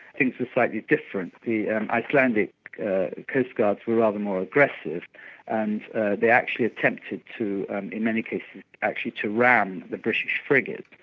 things were slightly different. the and icelandic coastguards were rather more aggressive and they actually attempted to in many cases actually to ram the british frigate.